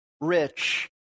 rich